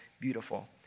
beautiful